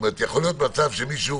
יכול להיות מצב שמישהו